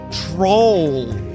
troll